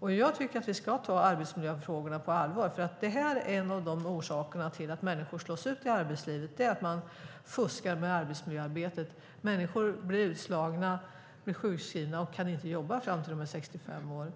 Jag tycker att vi ska ta arbetsmiljöfrågorna på allvar därför att en av orsakerna till att människor slås ut från arbetslivet är att det fuskas med arbetsmiljöarbetet. Människor blir utslagna och sjukskrivna och kan inte jobba fram till att de är 65 år.